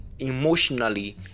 emotionally